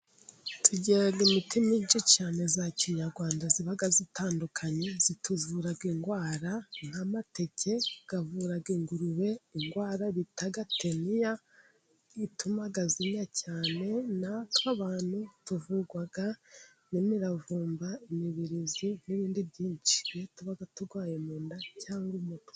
Tugira imiti myinshi cyane ya kinyarwanda iba itandukanye. Ituvura indwara nk'amateke avura ingurube indwara bita gateniya ituma zinnya cyane. Nk'abantu tuvurwa n'imiravumba, imibirizi, n'ibindi byinshi. Iyo tuba turwaye mu nda cyangwa umutwe.